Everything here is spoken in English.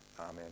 Amen